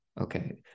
okay